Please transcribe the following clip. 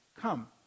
come